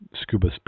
scuba